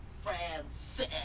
Francis